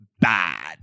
bad